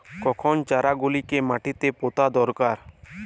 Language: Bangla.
কখন চারা গুলিকে মাটিতে পোঁতা দরকার?